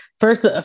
First